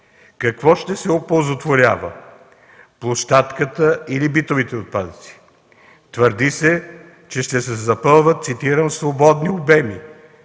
какво ще се оползотворява – площадката или битовите отпадъци? Твърди се, че ще се запълват, цитирам: „свободни обеми